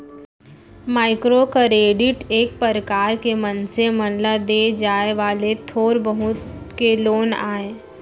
micro credit एक परकार के मनसे मन ल देय जाय वाले थोर बहुत के लोन आय